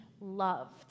loved